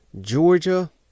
Georgia